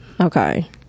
okay